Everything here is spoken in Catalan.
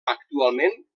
actualment